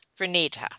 Vernita